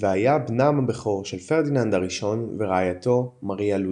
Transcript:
והיה בנם הבכור של פרדיננד הראשון ורעייתו מריה לואיזה.